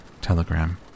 Telegram